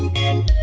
and